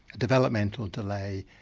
developmental delay,